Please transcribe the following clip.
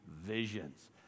visions